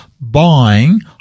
buying